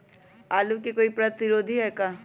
आलू के कोई प्रतिरोधी है का?